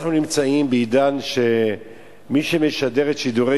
אנחנו נמצאים בעידן שמי שמשדר את שידורי